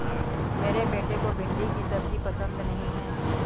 मेरे बेटे को भिंडी की सब्जी पसंद नहीं है